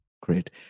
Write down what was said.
Great